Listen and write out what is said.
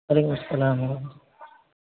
وعلیکم السلام و رحمتہ